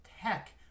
tech